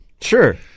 Sure